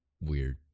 weird